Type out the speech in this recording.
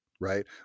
right